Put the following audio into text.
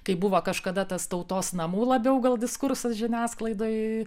kaip buvo kažkada tas tautos namų labiau gal diskursas žiniasklaidoj